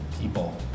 people